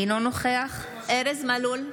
אינו נוכח ארז מלול,